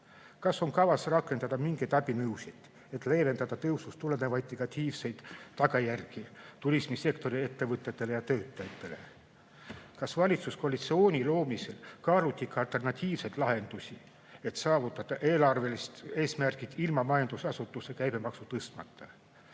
Kas on kavas rakendada mingeid abinõusid, et leevendada tõusust tulenevaid negatiivseid tagajärgi turismisektori ettevõtetele ja töötajatele? Kas valitsuskoalitsiooni loomisel kaaluti ka alternatiivseid lahendusi, et saavutada eelarvelised eesmärgid ilma majutusasutuste käibemaksu tõstmata?